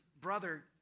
brother